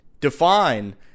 Define